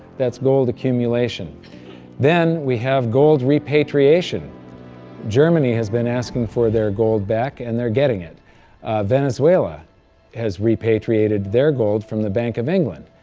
that's gold accumulation then we have gold repatriation germany has been asking for their gold back, and they're getting it venezuela has repatriated their gold from the bank of england.